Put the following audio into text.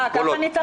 ככה ניצחתם בבחירות?